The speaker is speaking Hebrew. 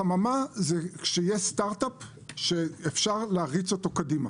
חממה זה כשיש סטארט אפ שאפשר להריץ אותו קדימה.